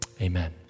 Amen